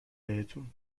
بهتون